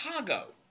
Chicago